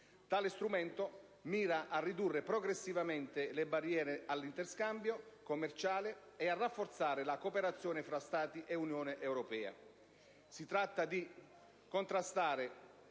Tale strumento mira a ridurre progressivamente le barriere all'interscambio commerciale e a rafforzare la cooperazione tra questi Stati e l'Unione europea.